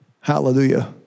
Hallelujah